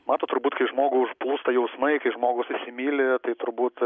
matot turbūt kai žmogų užplūsta jausmai kai žmogus įsimyli tai turbūt